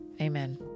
Amen